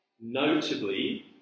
notably